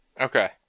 Okay